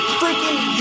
freaking